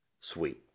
Sweet